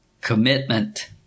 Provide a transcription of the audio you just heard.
commitment